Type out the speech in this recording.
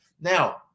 Now